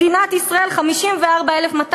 מדינת ישראל: 54,218,